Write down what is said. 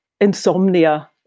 insomnia